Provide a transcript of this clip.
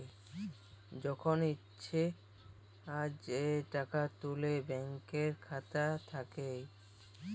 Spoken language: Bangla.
যখল ইছা যে টাকা তুলে ব্যাংকের খাতা থ্যাইকে